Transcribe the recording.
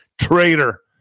Traitor